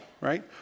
right